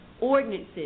ordinances